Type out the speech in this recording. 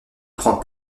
prend